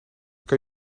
kan